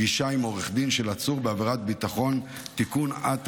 (פגישה עם עורך דין של עצור בעבירת ביטחון) (תיקון),